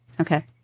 Okay